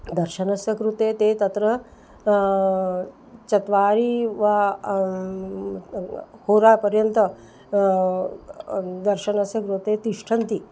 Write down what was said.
दर्शनस्य कृते ते तत्र चत्वारि वा होरापर्यन्तं दर्शनस्य कृते तिष्ठन्ति